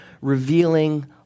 revealing